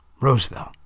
Roosevelt